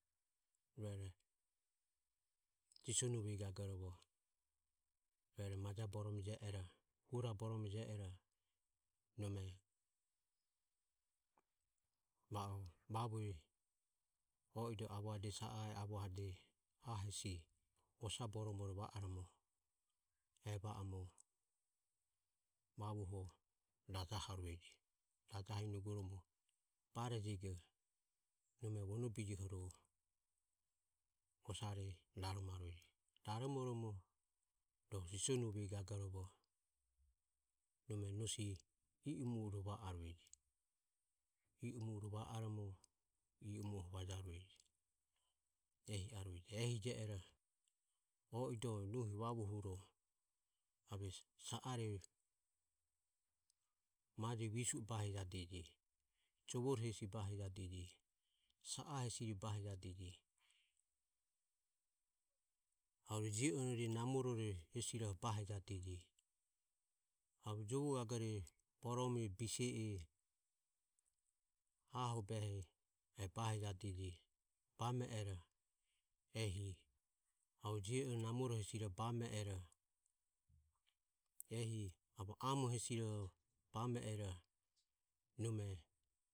Ruere sisonuvego gagorovo maja borome jie ero hura borome jie ero nome va o vavue o i doe avohade sa ae avohade a hesi osa boromore va oromo e va omo vavuoho rajaharueje. Rajahiromo barejego nome vuonobijioho ro osare raromarueje raromoromo rohu sisonuve gagoro nome nosi i o mure va arueje va oromo i o mue vajarueje. Ehije ero o i doe vavuo huro ave sa are maje visue bahijadeje. Jovo hesi bahijadeje sa a hesi bahijadeje arue je ore namore hesi bahijadeje arue jovo gagore borome bise e aho obehe e bahijadeje. Bame ero ehi arue je e namore hesi bame ero ehi ave amo hesi bame ero nome